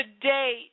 Today